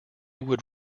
would